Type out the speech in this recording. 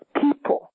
people